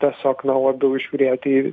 tiesiog na labiau žiūrėti